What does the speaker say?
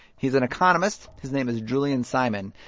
he's an economist. his name is julian simon.